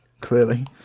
clearly